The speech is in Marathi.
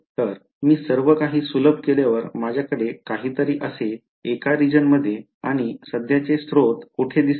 तर मी सर्वकाही सुलभ केल्यावर माझ्याकडे काहीतरी असे एका रीजन् मध्ये आणि सध्याचे स्रोत कोठे दिसले